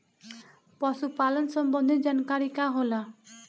पशु पालन संबंधी जानकारी का होला?